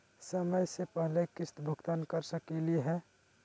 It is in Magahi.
समय स पहले किस्त भुगतान कर सकली हे?